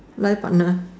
life partner